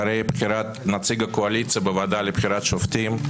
אחרי בחירת נציג הקואליציה בוועדה לבחירת שופטים,